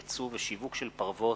ייצוא ושיווק של פרוות),